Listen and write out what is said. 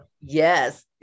yes